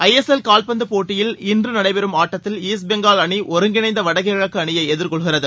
ISL கால்பந்துப் போட்டியில் இன்று நடைபெறும் ஆட்டத்தில் ஈஸ்ட் பெங்கால் அணி ஒருங்கிணைந்த வடகிழக்கு அணியை எதிர்கொள்கிறது